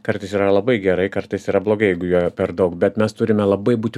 kartais yra labai gerai kartais yra blogai jeigu jo jo per daug bet mes turime labai būti